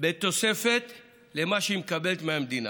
בתוספת למה שהיא מקבלת מהמדינה.